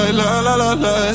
la-la-la-la